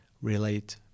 relate